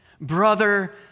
brother